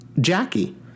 Jackie